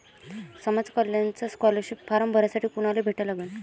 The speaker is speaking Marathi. समाज कल्याणचा स्कॉलरशिप फारम भरासाठी कुनाले भेटा लागन?